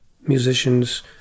musicians